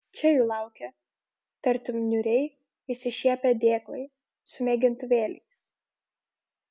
čia jų laukė tartum niūriai išsišiepę dėklai su mėgintuvėliais